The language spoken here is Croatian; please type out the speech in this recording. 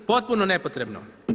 Potpuno nepotrebno.